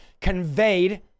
conveyed